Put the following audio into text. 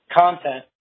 content